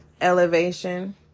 Elevation